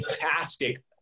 fantastic